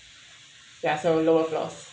ya so lower floors